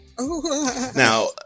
Now